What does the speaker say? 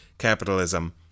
Capitalism